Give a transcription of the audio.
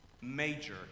major